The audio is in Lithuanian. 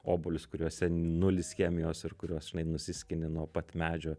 obuolius kuriuose nulis chemijos ir kuriuos žinai nusiskini nuo pat medžio